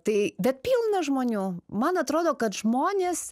tai bet pilna žmonių man atrodo kad žmonės